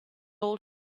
all